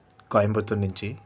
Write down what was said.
కోయంబత్తూరు నుంచి